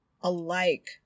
alike